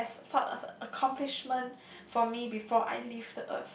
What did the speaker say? and as sort of accomplishment for me before I leave